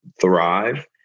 thrive